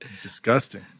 Disgusting